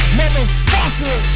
motherfucker